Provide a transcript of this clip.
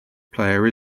player